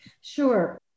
Sure